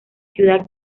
ciudad